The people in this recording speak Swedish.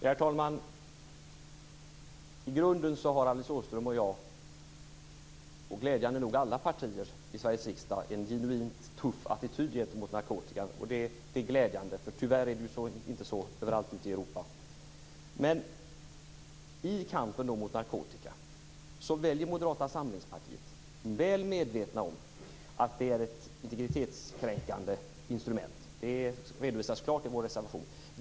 Herr talman! I grunden har Alice Åström och jag och glädjande nog alla partier i Sveriges riksdag en genuint tuff attityd gentemot narkotikan. Det är glädjande. Tyvärr är det inte så överallt ute i Europa. Men i kampen mot narkotikan väljer Moderata samlingspartiet ändå detta, väl medvetna om att det är ett integritetskränkande instrument. Det redovisas klart i vår reservation.